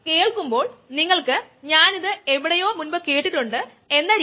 ഈ ആശയം നോക്കാനുള്ള പരിമിതമായ മാർഗ്ഗം മാത്രമാണ് ഇത്